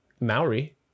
Maori